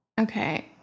Okay